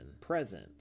present